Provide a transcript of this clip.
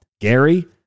Gary